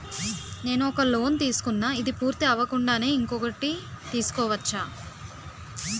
నేను ఒక లోన్ తీసుకున్న, ఇది పూర్తి అవ్వకుండానే ఇంకోటి తీసుకోవచ్చా?